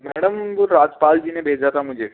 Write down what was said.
madam वो राजपाल जी ने भेजा था मुझे